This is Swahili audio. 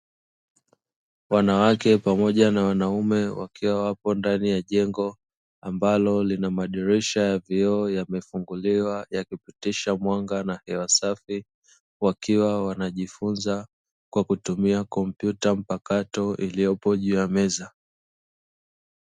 Wanawake pamoja na wanaume wakiwa wapo ndani ya jengo ambalo lina madirisha ya vioo yamefunguliwa yakipitisha mwanga na hewa safi, wakiwa wanajifunza kwa kutumia kompyuta mpakato iliyopo juu ya meza.